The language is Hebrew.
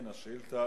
שאילתא.